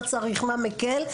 מה צריך מה מקל,